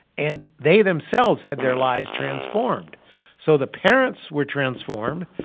and they themselves had their lives transformed so the parents were transformed.